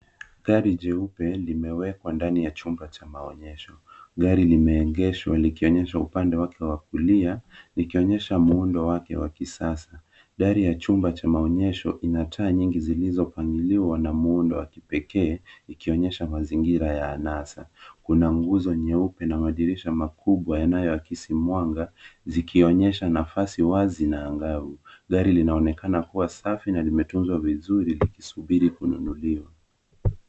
Gari jeupe limewekwa ndani ya chumba cha maonyesho. Gari limeegeshwa likionyesha upande wake wa kulia likionyesha muundo wake wa kisasa. Gari ya chumba cha maonyeshao ina taa nyingi zilizopanuliwa na muundo wa kipekee likionyesha mazingira ya anasa. Kuna nguzo nyeupe na madirisha makubwa yanayoakisi mwanga, zikionyesha nafasi wazi na angavu. Gari linaonekana kuwa safi na limetunzwa vizuri likisubiri kununuliwa.